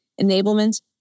enablement